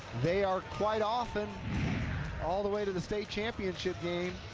they are quite often all the way to the state championship game,